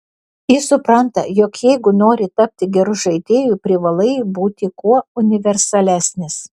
jis supranta jog jeigu nori tapti geru žaidėju privalai būti kuo universalesnis